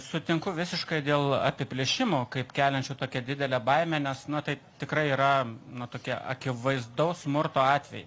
sutinku visiškai dėl apiplėšimų kaip keliančių tokią didelę baimę nes nu tai tikrai yra nu tokio akivaizdaus smurto atvejai